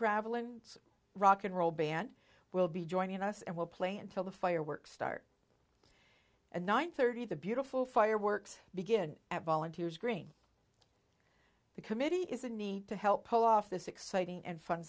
gravel and rock n roll band will be joining us and will play until the fireworks start and nine thirty the beautiful fireworks begin at volunteers green the committee is a need to help pull off this exciting and fun